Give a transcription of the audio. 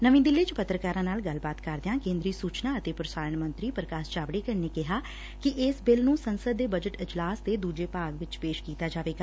ਨਵੀ ਦਿੱਲੀ ਚ ਪੱਤਰਕਾਰਾ ਨਾਲ ਗੱਲਬਾਤ ਕਰਦਿਆਂ ਕੇ ਦਰੀ ਸੁਚਨਾ ਅਤੇ ਪ੍ਰਸਾਰਣ ਮੰਤਰੀ ਪੁਕਾਸ਼ ਜਾਵੜੇਕਰ ਨੇ ਕਿਹਾ ਕਿ ਇਸ ਬਿੱਲ ਨੂੰ ਸੰਸਦ ਦੇ ਬਜਟ ਇਜਲਾਸ ਦੇ ਦੂਜੇ ਭਾਗ ਚ ਪੇਸ਼ ਕੀਤਾ ਜਾਵੇਗਾ